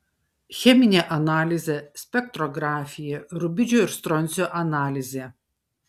cheminė analizė spektrografija rubidžio ir stroncio analizė